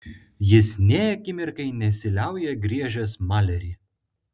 jis nė akimirkai nesiliauja griežęs malerį